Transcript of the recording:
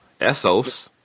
Essos